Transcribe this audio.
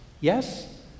Yes